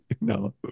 no